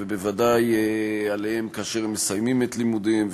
ובוודאי כאשר הם מסיימים את לימודיהם,